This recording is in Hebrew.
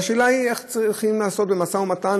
והשאלה היא איך צריכים לעשות משא-ומתן,